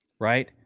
right